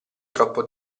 troppo